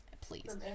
Please